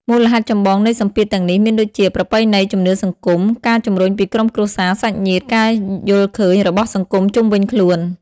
មូលហេតុចម្បងនៃសម្ពាធទាំងនេះមានដូចជា ប្រពៃណី ជំនឿសង្គម ការជំរុញពីក្រុមគ្រួសារ សាច់ញាតិ ការយល់ឃើញរបស់សង្គមជុំវិញខ្លួន ។